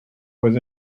was